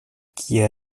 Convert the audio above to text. kie